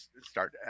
start